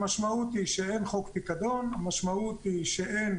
המשמעות היא שאין חוק פיקדון, המשמעות היא שאין